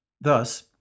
Thus